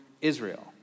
Israel